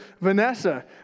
Vanessa